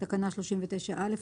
תקנה 39(א),